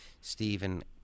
Stephen